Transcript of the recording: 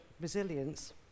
resilience